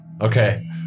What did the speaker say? Okay